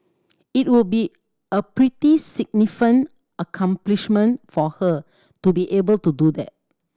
it would be a pretty significant accomplishment for her to be able to do that